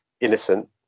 innocent